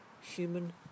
human